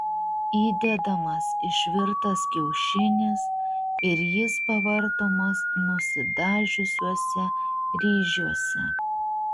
įdedamas išvirtas kiaušinis ir jis pavartomas nusidažiusiuose ryžiuose